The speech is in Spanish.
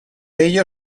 ello